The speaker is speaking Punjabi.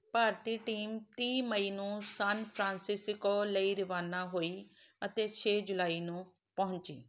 ਭਾਰਤੀ ਟੀਮ ਤੀਹ ਮਈ ਨੂੰ ਸਾਨਫਰਾਂਸਿਸਕੋ ਲਈ ਰਵਾਨਾ ਹੋਈ ਅਤੇ ਛੇ ਜੁਲਾਈ ਨੂੰ ਪਹੁੰਚੀ